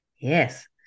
Yes